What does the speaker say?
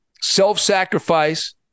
self-sacrifice